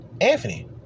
Anthony